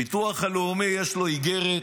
ביטוח לאומי, יש לו איגרת,